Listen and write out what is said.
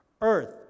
Earth